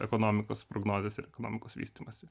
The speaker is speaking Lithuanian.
ekonomikos prognozės ir ekonomikos vystymąsi